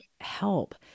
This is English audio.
help